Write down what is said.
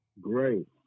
Great